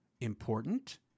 important